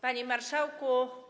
Panie Marszałku!